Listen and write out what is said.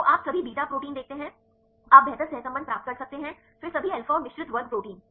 तो आप सभी बीटा प्रोटीन देखते हैं आप बेहतर सहसंबंध प्राप्त कर सकते हैं फिर सभी अल्फा और मिश्रित वर्ग प्रोटीन